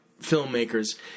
filmmakers